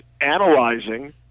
analyzing